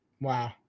Wow